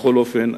בכל אופן,